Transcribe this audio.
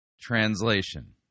translation